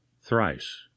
thrice